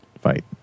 fight